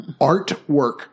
artwork